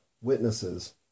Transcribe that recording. witnesses